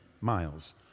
miles